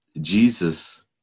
Jesus